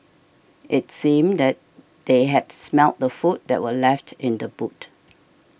it seemed that they had smelt the food that were left in the boot